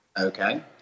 Okay